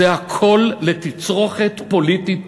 זה הכול לתצרוכת פוליטית פנימית.